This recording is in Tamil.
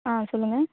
ஆ சொல்லுங்க